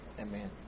amen